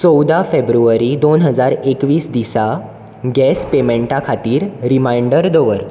चवदा फेब्रुवारी दोन हजार एकवीस दिसा गॅस पेमेंटा खातीर रिमांयडर दवर